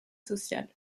sociale